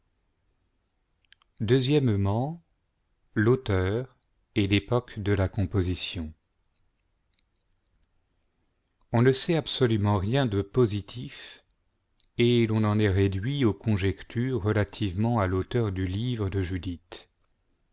l'auteur et l'époque de la composition on ne sait absolument rien de positif et l'on en est réduit aux conjectures relativement à l'auteur du livre de judith